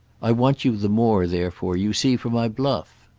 i want you the more therefore, you see, for my bluff.